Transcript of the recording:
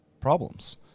problems